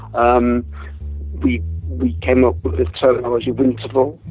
um we we came up with this terminology winterval.